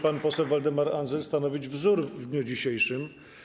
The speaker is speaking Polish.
Pan poseł Waldemar Andzel może stanowić wzór w dniu dzisiejszym.